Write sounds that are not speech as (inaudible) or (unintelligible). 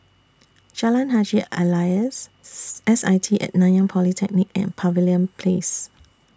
Jalan Haji Alias (unintelligible) S I T At Nanyang Polytechnic and Pavilion Place